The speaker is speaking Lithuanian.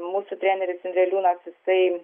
mūsų treneris indreliūnas jisai